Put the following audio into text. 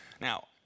Now